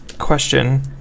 question